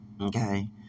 Okay